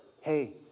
hey